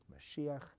Mashiach